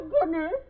goodness